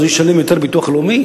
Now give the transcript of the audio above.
אז הוא ישלם יותר ביטוח לאומי.